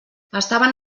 estaven